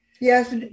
Yes